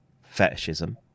fetishism